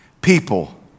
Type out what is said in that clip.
people